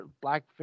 black